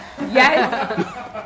yes